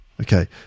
Okay